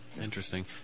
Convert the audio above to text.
Interesting